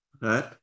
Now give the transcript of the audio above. right